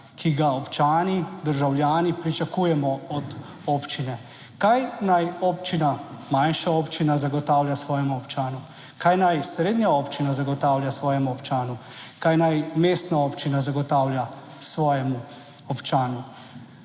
ki ga občani, državljani pričakujemo od občine. Kaj naj občina, manjša občina zagotavlja svojim občanom, kaj naj srednja občina zagotavlja svojemu občanu, kaj naj mestna občina zagotavlja svojemu občanu?